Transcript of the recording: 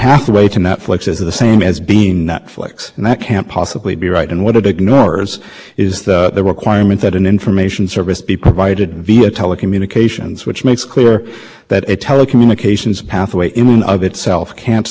question is not about the nature of the computer processing what it does it's how it's used and the same service can be an information service when used by somebody else for a different purpose and within the telecommunications management